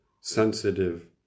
sensitive